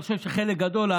אני חושב שחלק גדול,